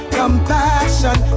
compassion